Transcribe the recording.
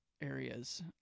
areas